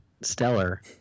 stellar